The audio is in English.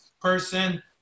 person